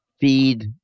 feed